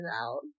out